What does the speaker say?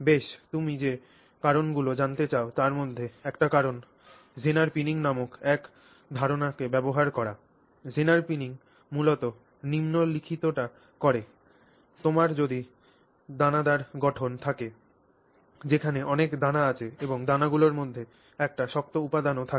বেশ তুমি যে কারণগুলি জানতে চাও তার মধ্যে একটি কারণ Zenner pinning নামক এক ধারণাকে ব্যবহার করা Zenner pinning মূলত নিম্নলিখিতটি করে তোমার যদি দানাদার গঠন থাকে যেখানে অনেক দানা আছে এবং দানাগুলির মধ্যে একটি শক্ত উপাদানও থাকে